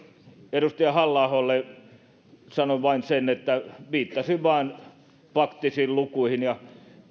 edustaja halla aholle sanon vain sen että viittasin vain faktisiin lukuihin ja